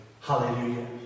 Hallelujah